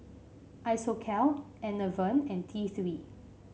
Isocal Enervon and T Three